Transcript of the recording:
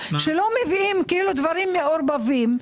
שלא מביאים דברים מעורבבים,